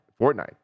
Fortnite